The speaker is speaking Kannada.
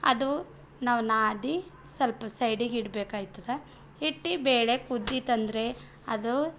ಅದು ನಾವು ನಾದಿ ಸ್ವಲ್ಪ ಸೈಡಿಗೆ ಇಡ್ಬೇಕಾಗ್ತದೆ ಇಟ್ಟು ಬೇಳೆ ಕುದೀತು ಅಂದರೆ ಅದು